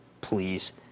Please